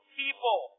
people